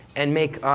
and make